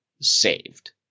saved